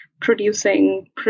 producing